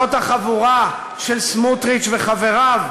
החבורה של סמוטריץ וחבריו?